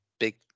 big